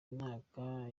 imyaka